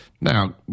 Now